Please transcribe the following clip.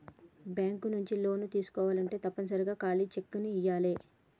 bank నుంచి లోన్లు తీసుకోవాలంటే తప్పనిసరిగా ఖాళీ చెక్కుని ఇయ్యాలే